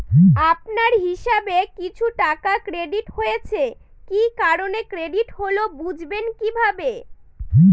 আপনার হিসাব এ কিছু টাকা ক্রেডিট হয়েছে কি কারণে ক্রেডিট হল বুঝবেন কিভাবে?